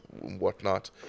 whatnot